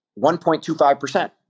1.25%